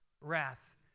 wrath